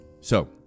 So-